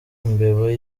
imbeba